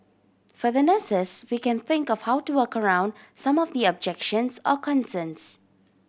for the nurses we can think of how to work around some of the objections or concerns